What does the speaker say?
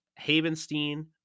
Havenstein